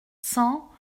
cent